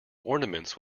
ornaments